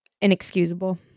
inexcusable